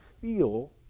feel